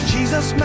Jesus